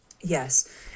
Yes